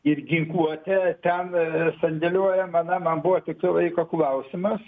ir ginkluotė ten sandėliuojama na man buvo tik laiko klausimas